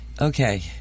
Okay